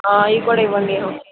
ఇవి కూడ ఇవ్వండి ఓ కేజీ